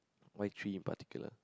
why three in particular